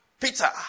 Peter